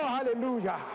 Hallelujah